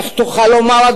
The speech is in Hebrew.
איך תוכל לומר,